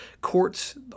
Courts